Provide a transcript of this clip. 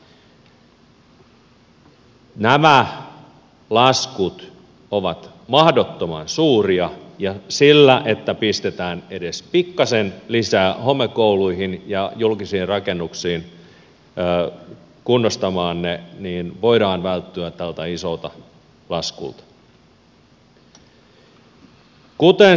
nämä laskut ovat mahdottoman suuria ja sillä että pistetään edes pikkaisen lisää homekouluihin ja julkisiin rakennuksiin kunnostamalla ne voidaan välttyä tältä isolta laskulta